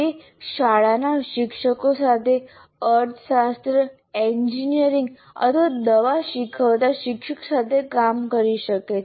તે શાળાના શિક્ષકો સાથે અર્થશાસ્ત્ર એન્જિનિયરિંગ અથવા દવા શીખવતા શિક્ષક સાથે કામ કરી શકે છે